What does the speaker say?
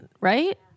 right